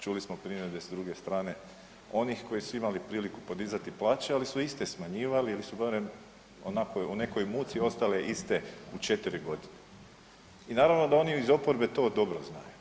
Čuli smo primjedbe s druge strane onih koji su imali priliku podizati plaće, ali su iste smanjivali ili su barem onako u nekoj muci ostale iste u 4.g. i naravno da oni iz oporbe to dobro znaju.